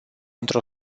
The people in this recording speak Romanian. într